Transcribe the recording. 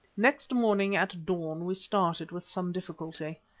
next morning at dawn we started, with some difficulty.